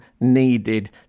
needed